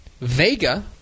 Vega